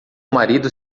marido